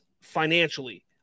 financially